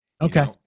Okay